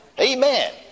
Amen